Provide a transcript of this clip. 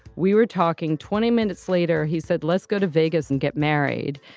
we were talking twenty minutes later. he said, let's go to vegas and get married.